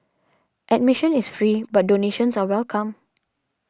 admission is free but donations are welcome